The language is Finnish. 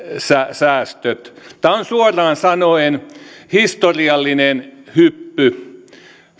säästöt tämä on suoraan sanoen historiallinen hyppy